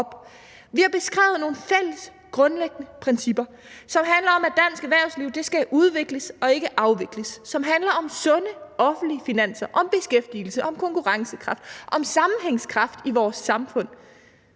Vi har beskrevet nogle fælles grundlæggende principper, som handler om, at dansk erhvervsliv skal udvikles og ikke afvikles, som handler om sunde offentlige finanser, om beskæftigelse, om konkurrencekraft, om sammenhængskraft i vores samfund.